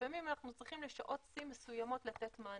ולפעמים אנחנו צריכים לשעות שיא מסוימות לתת מענה.